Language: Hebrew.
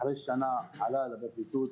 אחרי שנה הוא עלה לפרקליטות.